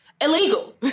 illegal